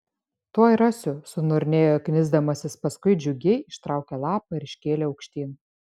tuoj rasiu suniurnėjo knisdamasis paskui džiugiai ištraukė lapą ir iškėlė aukštyn